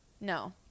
No